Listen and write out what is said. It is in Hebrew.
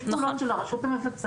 יש פעולות של הרשות המבצעת,